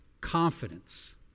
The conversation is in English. confidence